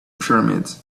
pyramids